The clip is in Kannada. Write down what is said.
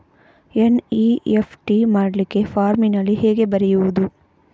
ಎನ್.ಇ.ಎಫ್.ಟಿ ಮಾಡ್ಲಿಕ್ಕೆ ಫಾರ್ಮಿನಲ್ಲಿ ಹೇಗೆ ಬರೆಯುವುದು?